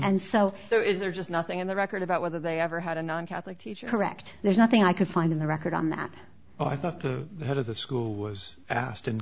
and so there is there's just nothing on the record about whether they ever had a non catholic teacher correct there's nothing i could find in the record on that i thought the head of the school was asked in